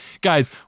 Guys